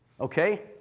okay